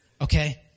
Okay